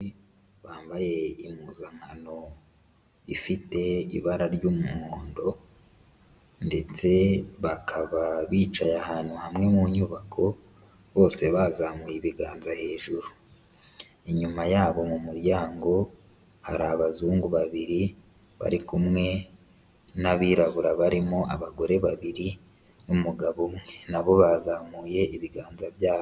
Bambaye impuzankano ifite ibara ry'umuhondo ndetse bakaba bicaye ahantu hamwe mu nyubako bose bazamuye ibiganza hejuru. Inyuma yabo mu muryango hari abazungu babiri bari kumwe n'abirabura barimo abagore babiri n'umugabo, nabo bazamuye ibiganza byabo.